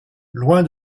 loin